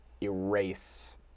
erase